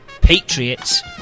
Patriots